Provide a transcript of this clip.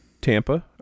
Tampa